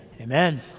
Amen